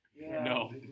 No